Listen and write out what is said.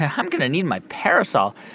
ah i'm going to need my parasol.